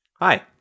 hi